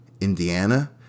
Indiana